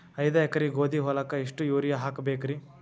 ಐದ ಎಕರಿ ಗೋಧಿ ಹೊಲಕ್ಕ ಎಷ್ಟ ಯೂರಿಯಹಾಕಬೆಕ್ರಿ?